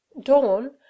Dawn